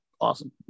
awesome